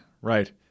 Right